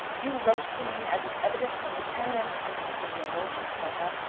you wrote to me, as is evident from the tone and context of your lordship's letter,